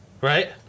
Right